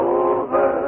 over